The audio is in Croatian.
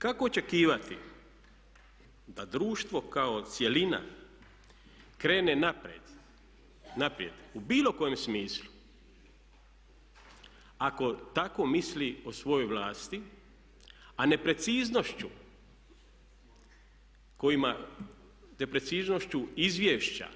Kako očekivati da društvo kao cjelina krene naprijed, naprijed u bilo kojem smislu ako tako misli o svojoj vlasti a nepreciznošću kojima, nepreciznošću izvješća,